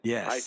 Yes